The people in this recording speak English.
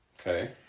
Okay